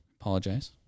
Apologize